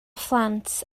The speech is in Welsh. phlant